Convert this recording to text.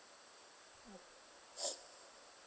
mm